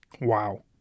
Wow